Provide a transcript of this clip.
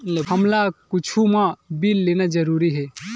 हमला कुछु मा बिल लेना जरूरी हे?